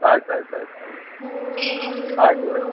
ಆಯ್ತು ಆಯ್ತು ಆಯ್ತು ಹ್ಞೂ ಆಯ್ತು ಇವರೇ